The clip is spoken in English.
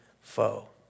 foe